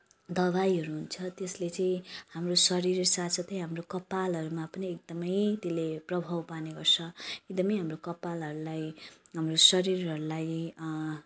दवाईहरू हुन्छ त्यसले चाहिँ हाम्रो शरीर साथसाथै हाम्रो कपालहरूमा पनि एकदमै त्यसले प्रभाव पार्ने गर्छ एकदमै हाम्रो कपालहरूलाई हाम्रो शरीरहरूलाई